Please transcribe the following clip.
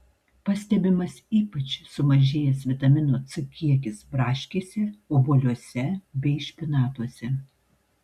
pastebimas ypač sumažėjęs vitamino c kiekis braškėse obuoliuose bei špinatuose